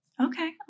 Okay